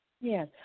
Yes